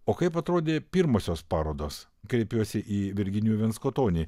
o kaip atrodė pirmosios parodos kreipiuosi į virginijų venskutonį